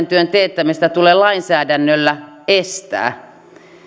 työn teettämistä tule lainsäädännöllä estää